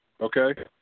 Okay